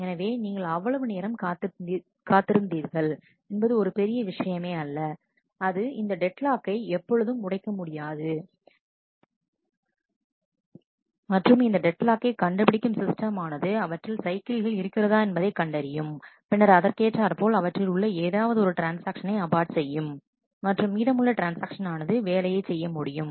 எனவே நீங்கள் எவ்வளவு நேரம் காத்திருந்தார்கள் என்பது ஒரு பெரிய விஷயமே அல்ல அது இந்த டெட்லாக்கை எப்பொழுதும் உடைக்க முடியாது மற்றும் இந்த டெட்லாக்கை கண்டுபிடிக்கும் சிஸ்டம் ஆனது அவற்றில் சைக்கிள்கள் இருக்கிறதா என்பதை கண்டறியும் பின்னர் அதற்கு ஏற்றார்போல் அவற்றில் உள்ள ஏதாவது ஒரு ட்ரான்ஸ்ஆக்ஷனை அபார்ட் செய்யும் மற்றும் மீதமுள்ள ட்ரான்ஸ்ஆக்ஷன் ஆனது வேலையைச் செய்ய முடியும்